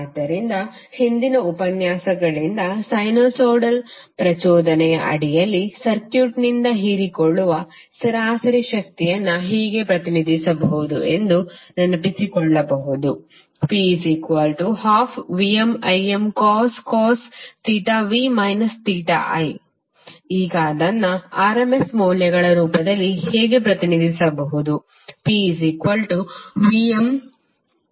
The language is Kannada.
ಆದ್ದರಿಂದ ಹಿಂದಿನ ಉಪನ್ಯಾಸಗಳಿಂದ ಸೈನುಸೈಡಲ್ ಪ್ರಚೋದನೆಯ ಅಡಿಯಲ್ಲಿ ಸರ್ಕ್ಯೂಟ್ನಿಂದ ಹೀರಿಕೊಳ್ಳುವ ಸರಾಸರಿ ಶಕ್ತಿಯನ್ನು ಹೀಗೆ ಪ್ರತಿನಿಧಿಸಬಹುದು ಎಂದು ನೆನಪಿಸಿಕೊಳ್ಳಬಹುದು P12VmImcos θv θi ಈಗ ಅದನ್ನು rms ಮೌಲ್ಯಗಳ ರೂಪದಲ್ಲಿ ಹೇಗೆ ಪ್ರತಿನಿಧಿಸಬಹುದು